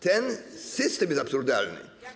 Ten system jest absurdalny.